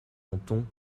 menton